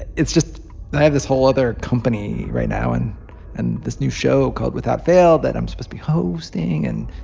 it's just i have this whole other company right now and and this new show called without fail that i'm supposed to be hosting and.